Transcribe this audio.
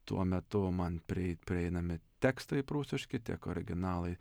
tuo metu man prieit prieinami tekstai prūsiški tiek originalai